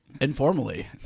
Informally